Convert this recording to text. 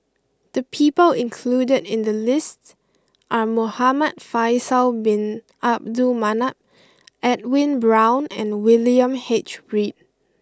the people included in the list are Muhamad Faisal bin Abdul Manap Edwin Brown and William H Read